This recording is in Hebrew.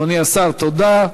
אדוני השר, תודה.